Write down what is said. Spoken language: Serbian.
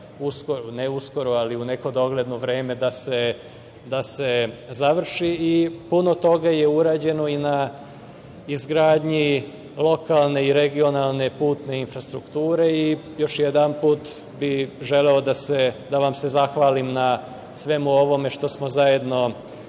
ne uskoro ali u neko dogledno vreme da se završi. Puno toga je urađeno i na izgradnji lokalne i regionalne putne infrastrukture i još jednom bih želeo da vam se zahvalim na svemu ovome što smo zajedno